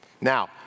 Now